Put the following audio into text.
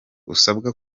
usabwa